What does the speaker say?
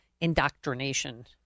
indoctrination